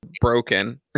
broken